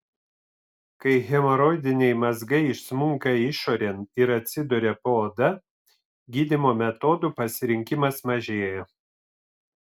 kai hemoroidiniai mazgai išsmunka išorėn ir atsiduria po oda gydymo metodų pasirinkimas mažėja